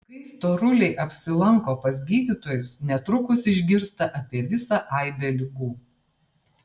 kai storuliai apsilanko pas gydytojus netrukus išgirsta apie visą aibę ligų